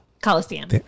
Coliseum